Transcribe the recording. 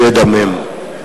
שידמם.